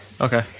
Okay